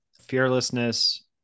fearlessness